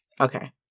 Okay